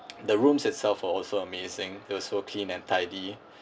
the rooms itself were also amazing it was so clean and tidy